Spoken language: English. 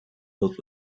filled